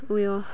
उयो